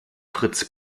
fritz